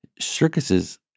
circuses